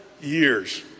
years